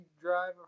drive